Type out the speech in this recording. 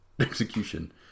execution